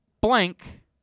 blank